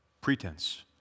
Pretense